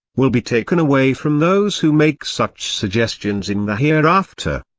will be taken away from those who make such suggestions in the hereafter.